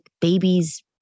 babies